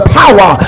power